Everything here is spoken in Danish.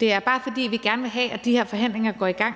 det er bare, fordi vi gerne vil have, at de her forhandlinger går i gang,